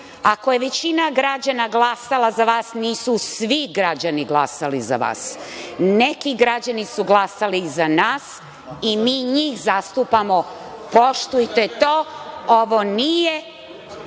ako je većina građana glasala za vas, nisu svi građani glasali za vas. Neki građani su glasali za nas i mi njih zastupamo. Poštujte to, ovo nije